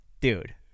Dude